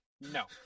No